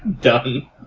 Done